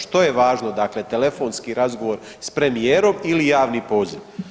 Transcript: Što je važno dakle telefonski razgovor s premijerom ili javni poziv?